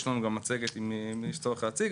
יש לנו גם מצגת אם יש צורך להציג,